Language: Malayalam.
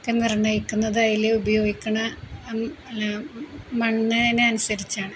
ഒക്കെ നിർണയിക്കുന്നത് അതില് ഉപയോഗിക്കുന്ന മണ്ണിന് അനുസരിച്ചാണ്